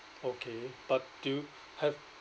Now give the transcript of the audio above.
okay but do you have